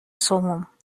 سموم